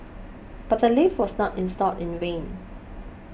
but the lift was not installed in vain